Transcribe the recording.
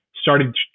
started